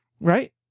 right